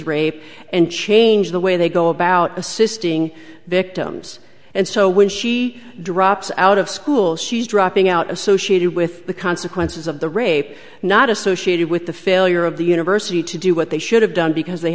rape and change the way they go about assisting victims and so when she drops out of school she's dropping out associated with the consequences of the rape not associated with the failure of the university to do what they should have done because they